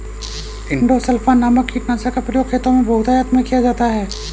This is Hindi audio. इंडोसल्फान नामक कीटनाशक का प्रयोग खेतों में बहुतायत में किया जाता है